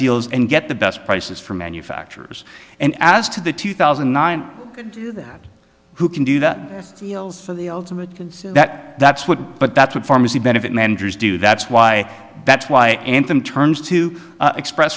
deals and get the best prices for manufacturers and as to the two thousand and nine that who can do that feels for the ultimate that that's what but that's what pharmacy benefit managers do that's why that's why anthem turns to express